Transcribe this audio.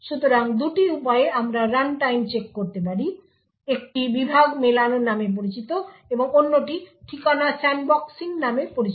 সুতরাং দুটি উপায়ে আমরা রানটাইম চেক করতে পারি একটি বিভাগ মেলানো নামে পরিচিত এবং অন্যটি ঠিকানা স্যান্ডবক্সিং নামে পরিচিত